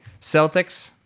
Celtics